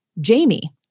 Jamie